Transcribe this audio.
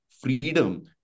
freedom